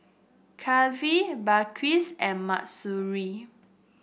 Kifli Balqis and Mahsuri